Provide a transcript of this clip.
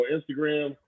Instagram